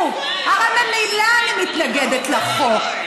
אתם מתנהגים, תראו, הרי ממילא אני מתנגדת לחוק.